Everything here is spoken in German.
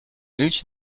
milch